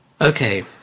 Okay